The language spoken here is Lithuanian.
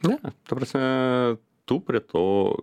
ne ta prasme tu prie to